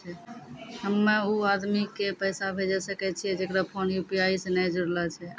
हम्मय उ आदमी के पैसा भेजै सकय छियै जेकरो फोन यु.पी.आई से नैय जूरलो छै?